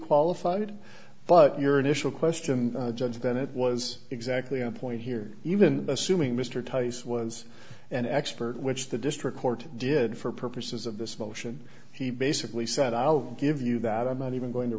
qualified but your initial question judge that it was exactly on point here even assuming mr tice was an expert which the district court did for purposes of this motion he basically said i'll give you that i'm not even going to